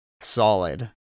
solid